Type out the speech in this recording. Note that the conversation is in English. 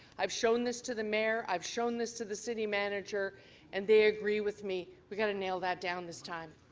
i've shown this to the mayor, i've shown this to the stay manager and they agree with me we've got to mail that down this time.